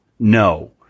No